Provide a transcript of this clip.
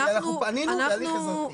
כי אנחנו פנינו בהליך אזרחי.